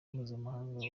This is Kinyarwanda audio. mpuzamahanga